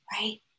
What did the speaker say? right